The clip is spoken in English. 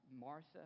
Martha